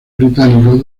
británicos